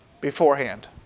beforehand